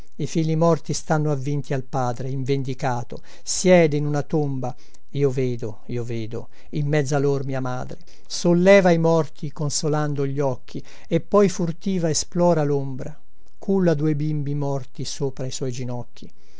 figli morti stanno avvinti al padre invendicato siede in una tomba io vedo io vedo in mezzo a lor mia madre solleva ai morti consolando gli occhi e poi furtiva esplora lombra culla due bimbi morti sopra i suoi ginocchi